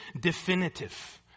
definitive